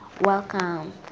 Welcome